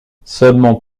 seulement